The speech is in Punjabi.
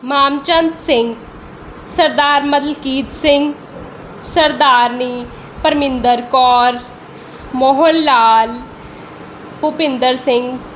ਮਾਮ ਚੰਦ ਸਿੰਘ ਸਰਦਾਰ ਮਲਕੀਤ ਸਿੰਘ ਸਰਦਾਰਨੀ ਪਰਮਿੰਦਰ ਕੌਰ ਮੋਹਨ ਲਾਲ ਭੁਪਿੰਦਰ ਸਿੰਘ